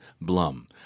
Blum